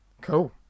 Cool